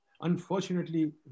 Unfortunately